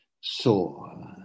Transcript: saw